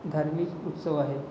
धार्मिक उत्सव आहेत